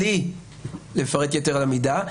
מבלי לפרט יתר על המידה,